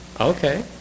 Okay